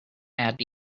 add